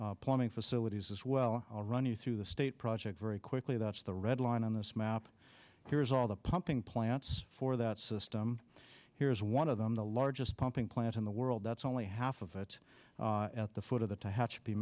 major plumbing facilities as well all run you through the state project very quickly that's the red line on this map here is all the pumping plants for that system here is one of them the largest pumping plant in the world that's only half of it at the foot of the t